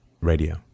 Radio